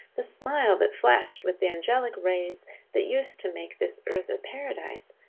the smile that flashed with the angelic rays that used to make this earth a paradise,